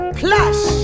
plush